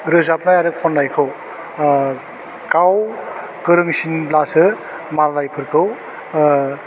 रोजाबनाय आरो खन्नाइखौ ओह गाव गोरोंसिनब्लासो मालायफोरखौ ओह